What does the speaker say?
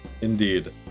indeed